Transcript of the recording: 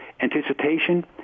anticipation